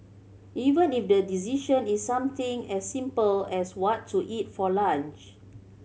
even if the decision is something as simple as what to eat for lunch